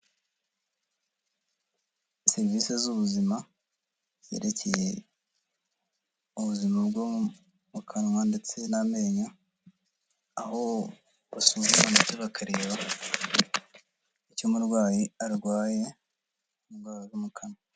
Serivisi z'ubuzima zerekeye ubuzima bwo mu kanwa ndetse n'amenyo, aho basuzuba ndetse bakareba icyo umurwayi arwaye indwara zo mu kanwa.